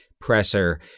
presser